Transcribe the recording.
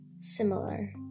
similar